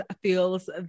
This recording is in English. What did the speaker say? feels